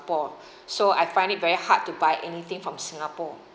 so I find it very hard to buy anything from singapore